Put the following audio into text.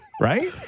Right